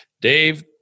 Dave